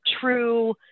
true